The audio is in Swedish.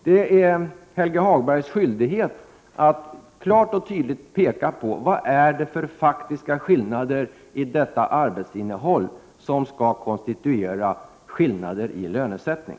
Det är Helge Hagbergs skyldighet att klart och tydligt peka på vad det är för faktiska skillnader i arbetsinnehållet som skall konstituera skillnader i lönesättning.